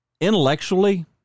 Intellectually